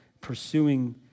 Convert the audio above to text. pursuing